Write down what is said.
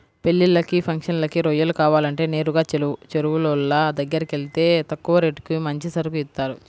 పెళ్ళిళ్ళకి, ఫంక్షన్లకి రొయ్యలు కావాలంటే నేరుగా చెరువులోళ్ళ దగ్గరకెళ్తే తక్కువ రేటుకి మంచి సరుకు ఇత్తారు